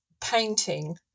painting